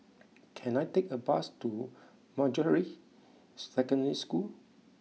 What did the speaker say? can I take a bus to Manjusri Secondary School